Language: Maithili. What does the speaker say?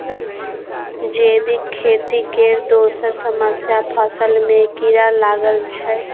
जैबिक खेती केर दोसर समस्या फसल मे कीरा लागब छै